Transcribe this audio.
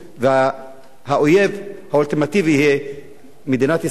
והאויב האולטימטיבי יהיה מדינת ישראל,